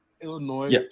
Illinois